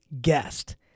guest